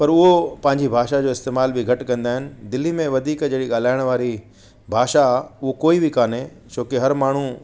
पर उओ पांजी भाषा जो इस्तेमालु बि घटि कंदा आहिनि दिल्ली में वधीक जहिड़ी ॻाल्हायण वारी भाषा उहो कोई बि कोन्हे छोकी हर माण्हू